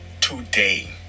Today